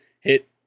hit